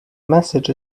message